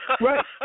Right